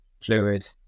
fluid